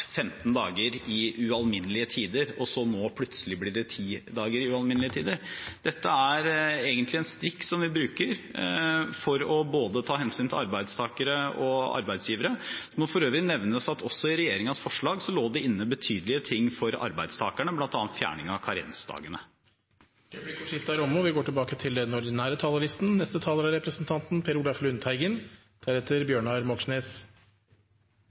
Dette er egentlig en strikk vi bruker for å ta hensyn til både arbeidstakere og arbeidsgivere. Det må for øvrig nevnes at også i regjeringens forslag lå det inne betydelige ting for arbeidstakerne, bl.a. fjerning av karensdagene. Replikkordskiftet er omme. De talere som heretter får ordet, har også en taletid på inntil 3 minutter. Det er